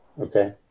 Okay